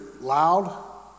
loud